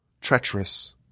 treacherous